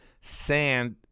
sand